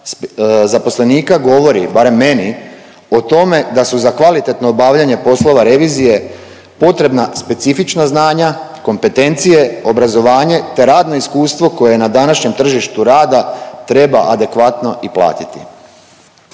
zaposlenika govori, barem meni, o tome da su za kvalitetno obavljanje poslova revizije potrebna specifična znanja, kompetencije, obrazovanje te radno iskustvo koje je na današnjem tržištu rada treba adekvatno i platiti.